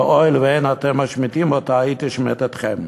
של "הואיל ואין אתם משמיטין אותה, היא תשמט אתכם".